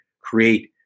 create